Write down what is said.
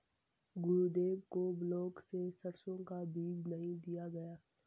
गुरुदेव को ब्लॉक से सरसों का बीज नहीं दिया गया